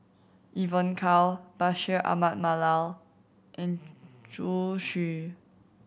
Evon Kow Bashir Ahmad Mallal and Zhu Xu